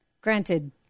Granted